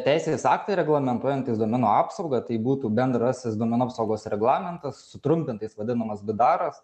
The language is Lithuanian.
teisės aktai reglamentuojantys duomenų apsaugą tai būtų bendrasis duomenų apsaugos reglamentas sutrumpintai jis vadinamas bdaras